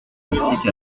ainsi